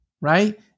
Right